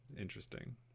Interesting